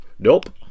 nope